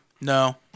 No